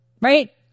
right